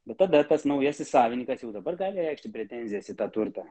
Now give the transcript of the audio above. bet tada tas naujasis savininkas jau dabar gali reikšti pretenzijas į tą turtą